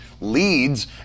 leads